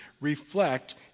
reflect